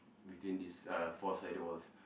between these uh four sided walls